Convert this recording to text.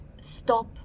stop